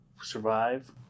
Survive